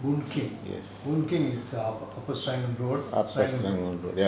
boon keng boon keng is err upper serangoon road serangoon road